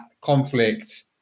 conflict